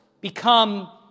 become